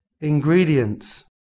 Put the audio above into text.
ingredients